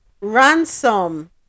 ransom